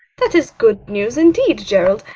that is good news indeed, gerald.